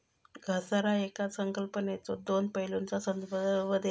घसारा येकाच संकल्पनेच्यो दोन पैलूंचा संदर्भ देता